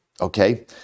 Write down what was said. Okay